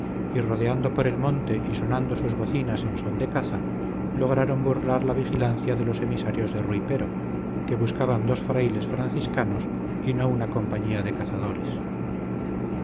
y rodeando por el monte y sonando sus bocinas en son de caza lograron burlar la vigilancia de los emisarios de rui pero que buscaban dos frailes franciscanos y no una compañía de cazadores